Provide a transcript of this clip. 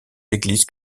l’église